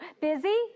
Busy